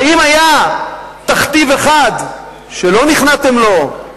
האם היה תכתיב אחד שלא נכנעתם לו?